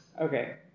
Okay